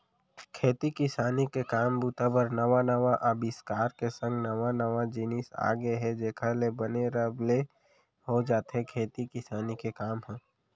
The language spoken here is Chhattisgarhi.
खेती किसानी के काम बूता बर नवा नवा अबिस्कार के संग नवा नवा जिनिस आ गय हे जेखर ले बने रब ले हो जाथे खेती किसानी के काम ह